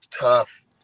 tough